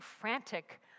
frantic